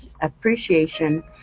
appreciation